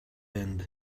end